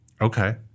Okay